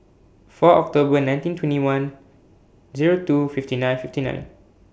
four October nineteen twenty one Zero two fifty nine fifty nine